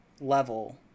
level